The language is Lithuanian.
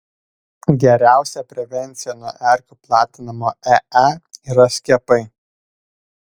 geriausia prevencija nuo erkių platinamo ee yra skiepai